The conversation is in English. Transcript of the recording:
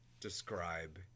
describe